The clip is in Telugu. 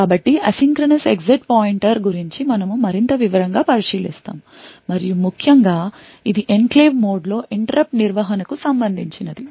కాబట్టి asynchronous exit పాయింటర్ గురించి మనము మరింత వివరంగా పరిశీలిస్తాము మరియు ముఖ్యంగా ఇది ఎన్క్లేవ్ మోడ్లో interrupt నిర్వహణకు సంబంధించినది